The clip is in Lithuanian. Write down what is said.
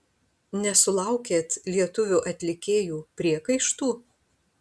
nesulaukėt lietuvių atlikėjų priekaištų